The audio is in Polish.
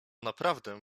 naprawdę